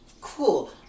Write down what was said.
cool